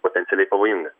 potencialiai pavojingas